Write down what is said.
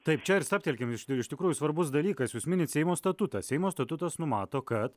taip čia ir stabtelkim jūs iš tikrųjų svarbus dalykas jūs minit seimo statutą seimo statutas numato kad